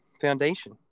Foundation